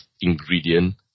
ingredient